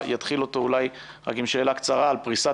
אתחיל אותו אולי רק עם שאלה קצרה על פריסת